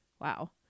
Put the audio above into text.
wow